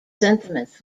sentiments